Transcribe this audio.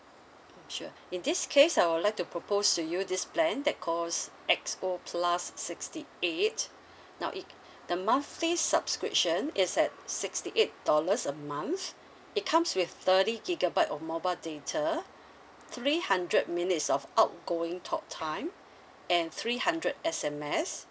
mm sure in this case I would like to propose to you this plan that calls X_O plus sixty eight now it the monthly subscription is at sixty eight dollars a month it comes with thirty gigabyte of mobile data three hundred minutes of outgoing talk time and three hundred S_M_S